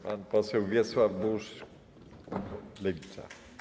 Pan poseł Wiesław Buż, Lewica.